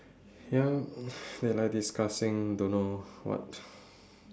ya they like discussing don't know what